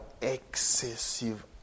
excessive